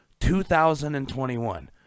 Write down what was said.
2021